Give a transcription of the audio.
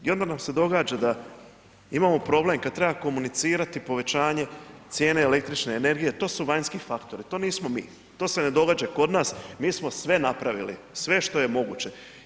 I onda nam se događa da imamo problem kad treba komunicirati povećanje cijene električne energije, to su vanjski faktori, to nismo mi, to se ne događa kod nas, mi smo sve napravili, sve što je moguće.